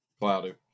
cloudy